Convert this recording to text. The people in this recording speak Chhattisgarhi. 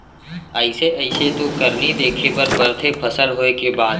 अइसे अइसे तो करनी देखे बर परथे फसल होय के बाद